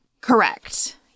Correct